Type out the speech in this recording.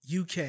UK